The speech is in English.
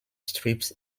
strips